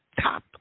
top